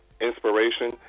inspiration